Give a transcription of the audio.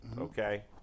okay